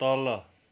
तल